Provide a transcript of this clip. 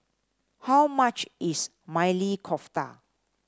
how much is Maili Kofta